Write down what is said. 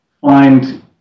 find